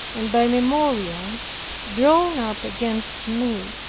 and by memorials drawn up against me,